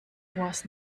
was